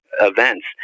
events